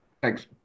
Thanks